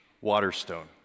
Waterstone